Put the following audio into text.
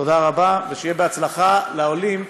תודה רבה, ושיהיה בהצלחה לעולים.